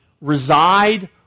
reside